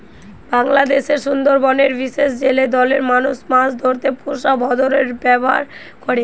বাংলাদেশের সুন্দরবনের বিশেষ জেলে দলের মানুষ মাছ ধরতে পুষা ভোঁদড়ের ব্যাভার করে